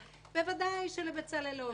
ודאי שלבצלאל לא אכפת.